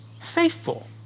faithful